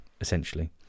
essentially